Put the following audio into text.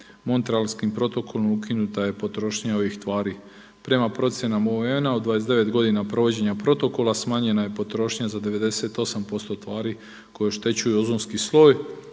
Montrealskim protokolom ukinuta je potrošnja ovih tvari. Prema procjenama UN-a od 29 godina provođenja protokola smanjena je potrošnja za 98% tvari koje oštećuju ozonski sloj.